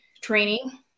training